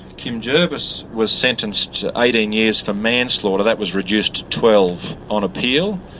kim jervis was sentenced to eighteen years for manslaughter, that was reduced twelve on appeal,